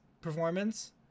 performance